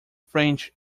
french